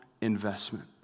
investment